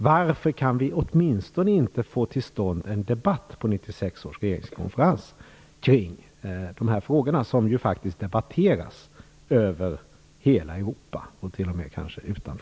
Varför kan vi åtminstone inte få till stånd en debatt på 1996 års regeringskonferens kring de här frågorna, som faktiskt debatteras över hela Europa och kanske till och med utanför Europa.